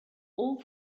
all